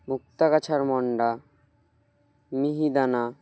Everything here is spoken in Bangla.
মুক্তাগাছার মন্ডা মিহিদানা